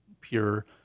pure